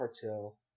cartel